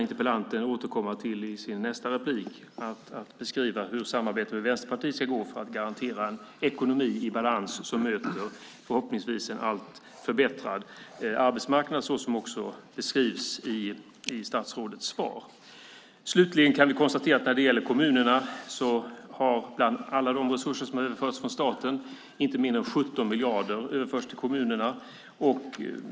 Interpellanten får gärna i sitt nästa inlägg beskriva hur samarbetet med Vänsterpartiet ska garantera en ekonomi i balans som möter en förhoppningsvis förbättrad arbetsmarknad som beskrivs i statsrådets svar. Vi kan konstatera att av alla de resurser som har överförts från staten har inte mindre än 17 miljarder gått till kommunerna.